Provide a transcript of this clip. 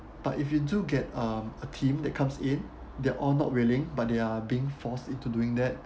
but if you do get um a team that comes in they're all not willing but they are being forced into doing that